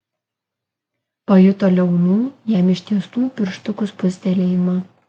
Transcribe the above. pajuto liaunų jam ištiestų pirštukų spustelėjimą